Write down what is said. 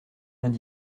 vingt